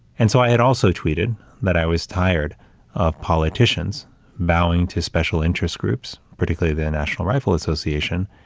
and so, i had also tweeted that i was tired of politicians bowing to special interest groups, particularly the national rifle association,